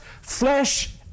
flesh